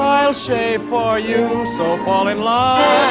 i'll shave for you so fall in love